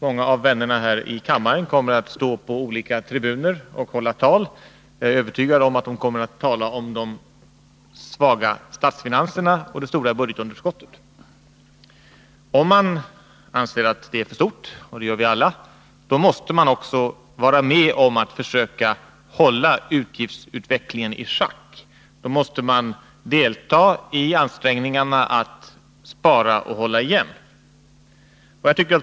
Många av vännerna här i kammaren kommer att stå på olika tribuner och hålla tal. Jag är övertygad om att de kommer att tala om de svaga statsfinanserna och det stora budgetunderskottet. Om man anser att detta är för stort — och det gör vi alla — måste man också vara med och försöka hålla utgiftsutvecklingen i schack. Då måste man delta i ansträngningarna att spara och hålla igen.